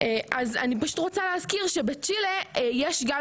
אני פשוט רוצה להזכיר שבצ'ילי יש גז